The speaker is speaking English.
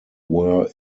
were